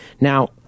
Now